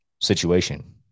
situation